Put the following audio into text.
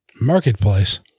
Marketplace